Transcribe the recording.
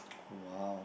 !wow!